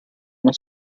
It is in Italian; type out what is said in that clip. una